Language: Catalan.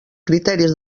criteris